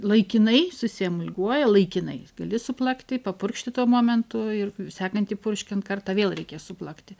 laikinai susiemulguoja laikinai gali suplakti papurkšti tuo momentu ir sekantį purškiant kartą vėl reikės suplakti